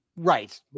Right